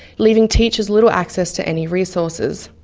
leaving teachers little access to any resources.